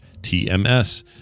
TMS